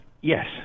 Yes